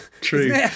True